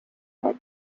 head